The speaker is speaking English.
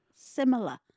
similar